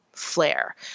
Flare